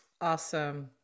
awesome